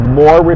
more